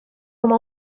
oma